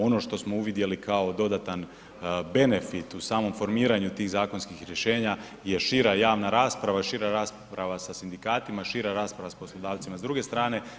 Ono što smo uvidjeli kao dodatan benefit u samom formiranju tih zakonskih rješenja je šira javna rasprava, šira rasprava sa sindikatima, šira rasprava sa poslodavcima s druge strane.